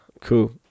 Cool